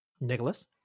Nicholas